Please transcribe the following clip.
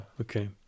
okay